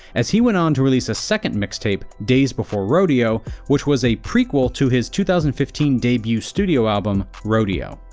as he went on to release a second mixtape, days before rodeo, which was a prequel to his two thousand and fifteen debut studio album, rodeo.